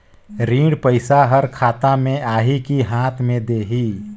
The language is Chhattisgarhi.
ऋण पइसा हर खाता मे आही की हाथ मे देही?